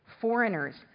foreigners